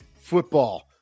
football